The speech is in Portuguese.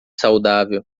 saudável